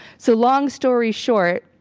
so long story short,